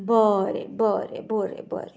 बरें बरें बरें बरें